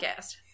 podcast